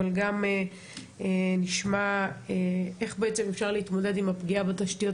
אבל גם נשמע איך בעצם אפשר להתמודד עם הפגיעה בתשתיות